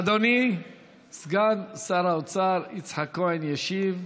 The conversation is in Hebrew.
אדוני סגן שר האוצר יצחק כהן ישיב.